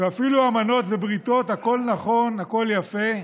ואפילו אמנות ובריתות, הכול נכון, הכול יפה,